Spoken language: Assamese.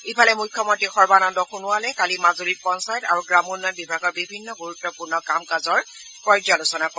ইফালে মুখ্যমন্ত্ৰী সৰ্বানন্দ সোণোৱালে কালি মাজুলীত পঞ্চায়ত আৰু গ্ৰামোন্নয়ন বিভাগৰ বিভিন্ন গুৰুত্বপূৰ্ণ কামকাজৰ পৰ্যালোচনা কৰে